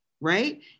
right